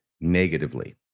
negatively